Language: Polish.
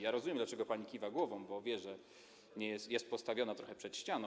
Ja rozumiem, dlaczego pani kiwa głową - bo wie, że jest postawiona trochę przed ścianą.